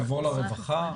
שיעבור לרווחה?